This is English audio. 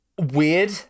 weird